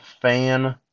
fan